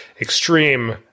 extreme